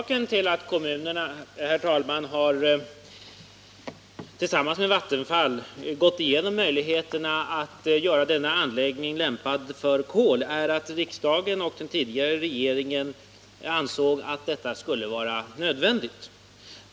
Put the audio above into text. Herr talman! Orsaken till att kommunerna tillsammans med Vattenfall har gått igenom möjligheterna att göra denna anläggning lämpad för kol är att riksdagen och den tidigare regeringen ansåg att det skulle vara nödvändigt.